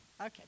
Okay